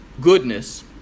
goodness